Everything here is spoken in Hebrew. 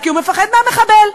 כי הוא מפחד מהמחבל.